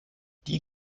die